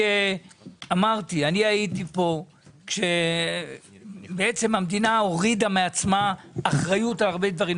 אמרתי: אני הייתי פה כאשר המדינה הורידה מעצמה אחריות על הרבה דברים.